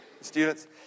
students